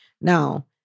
Now